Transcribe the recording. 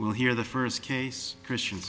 well here the first case christian